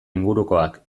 ingurukoak